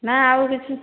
ନା ଆଉ କିଛି